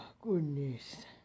goodness